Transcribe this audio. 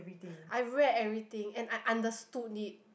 I read everything and I understood it